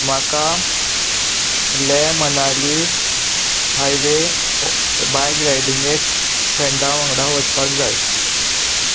म्हाका ले Manali highway bike रायडींगेक फ्रेंडा वांगडा वचपाक जाय